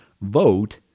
vote